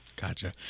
Gotcha